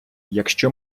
якщо